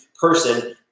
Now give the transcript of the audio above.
person